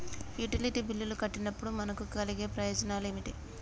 Utility బిల్లులు కట్టినప్పుడు మనకు కలిగే ప్రయోజనాలు ఏమిటి?